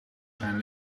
zijn